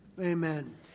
Amen